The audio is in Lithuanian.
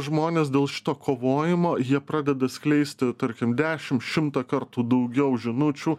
žmonės dėl šito kovojimo jie pradeda skleisti tarkim dešim šimtą kartų daugiau žinučių